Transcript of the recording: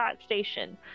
station